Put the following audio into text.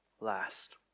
last